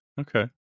okay